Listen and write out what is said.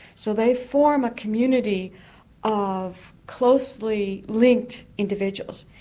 so they form a community of closely linked individuals.